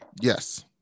Yes